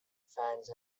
fans